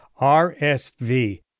RSV